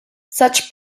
such